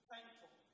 Thankful